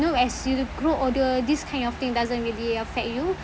you know as you grow older this kind of thing doesn't really affect you